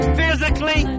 physically